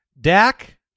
Dak